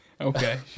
Okay